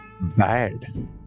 bad